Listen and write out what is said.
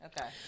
Okay